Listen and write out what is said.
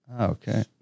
Okay